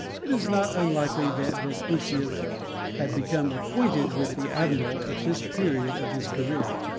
it is not unlikely that vespucius had become acquainted with the admiral at this period of his career.